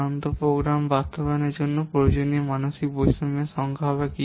সাধারণত প্রোগ্রাম বাস্তবায়নের জন্য প্রয়োজনীয় মানসিক বৈষম্যের সংখ্যা E